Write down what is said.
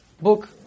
book